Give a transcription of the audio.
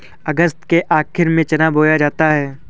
अगस्त के आखिर में चना बोया जाता है